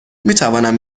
میتوانم